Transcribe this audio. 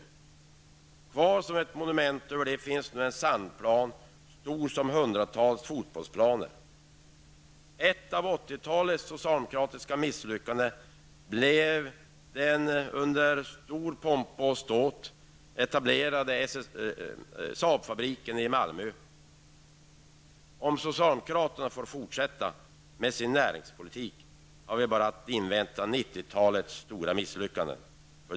Det var som ett monument, och över det finns nu en sandplan stor som hundratals fotbollsplaner. Ett av 80-talets socialdemokratiska misslyckanden blev den under stor pompa och ståt etablerade Saabfabriken i Malmö. Om socialdemokraterna får fortsätta med sin näringspolitik, har vi bara att invänta 90-talets stora misslyckanden.